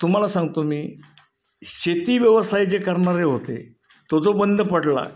तुम्हाला सांगतो मी शेती व्यवसाय जे करणारे होते तो जो बंद पडला